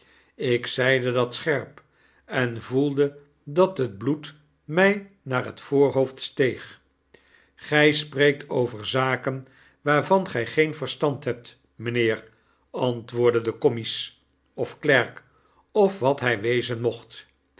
ik zeide dat scherp en voelde dat het bloed my naar het voorhoofd steeg gij spreekt over zaken waarvan gij geen verstand hebt mynheer antwoordde de commies of klerk of wat hij wezen mocht